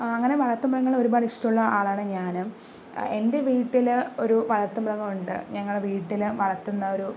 അങ്ങനെ വളർത്തുമൃഗങ്ങളെ ഒരുപാടിഷ്ടമുള്ള ആളാണ് ഞാന് എൻ്റെ വീട്ടില് ഒരു വളർത്തുമൃഗമുണ്ട് ഞങ്ങള് വീട്ടില് വളർത്തുന്നൊരു